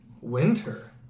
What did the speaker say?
Winter